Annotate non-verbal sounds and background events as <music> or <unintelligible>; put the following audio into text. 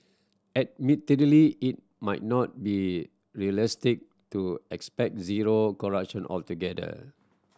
admittedly it might not be realistic to expect zero <unintelligible> altogether